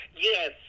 Yes